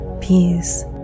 peace